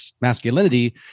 masculinity